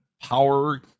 power